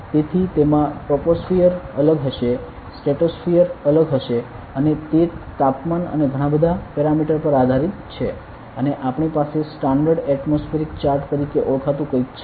તેથી તેમાં ટ્રોપોસફીયર અલગ હશે સ્ટ્રેટોસફીયર અલગ હશે અને તે તાપમાન અને ઘણા બધા પેરામીટર પર આધારિત છે અને આપણી પાસે સ્ટાન્ડર્ડ એટમોસ્ફિયરિક ચાર્ટ તરીકે ઓળખાતું કંઈક છે